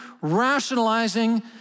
rationalizing